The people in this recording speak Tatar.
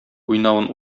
уйнавын